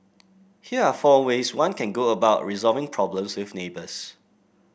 here are four ways one can go about resolving problems with neighbours